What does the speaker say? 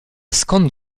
skąd